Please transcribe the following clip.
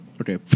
Okay